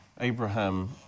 Abraham